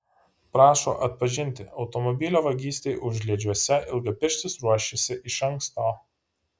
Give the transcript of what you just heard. prašo atpažinti automobilio vagystei užliedžiuose ilgapirštis ruošėsi iš anksto